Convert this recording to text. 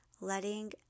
letting